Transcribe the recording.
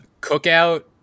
cookout